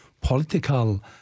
political